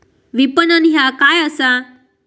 विपणन ह्या काय असा?